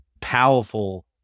powerful